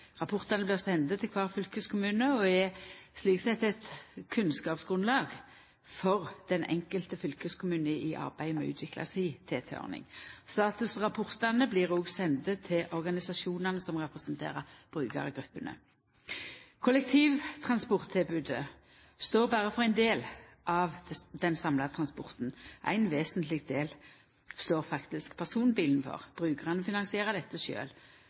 Rapportane blir sende til kvar fylkeskommune og er slik sett eit kunnskapsgrunnlag for kvar fylkeskommune i arbeidet med å utvikla si TT-ordning. Statusrapportane blir òg sende til organisasjonane som representerer brukargruppene. Kollektivtransporttilbodet står berre for ein del av den samla transporten. Ein vesentleg del står faktisk personbilen for. Brukarane finansierer dette